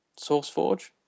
SourceForge